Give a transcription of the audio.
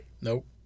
Nope